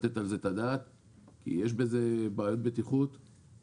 ולתת על זה את הדעת כי יש בזה בעיות בטיחות וסיכונים.